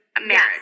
Marriage